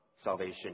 Salvation